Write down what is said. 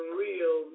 real